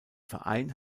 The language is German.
verein